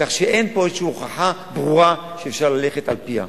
כך שאין כאן איזושהי הוכחה ברורה שאפשר ללכת על-פיה.